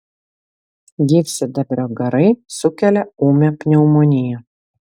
gyvsidabrio garai sukelia ūmią pneumoniją